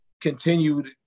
continued